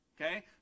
Okay